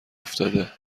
افتاده